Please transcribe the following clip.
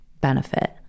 benefit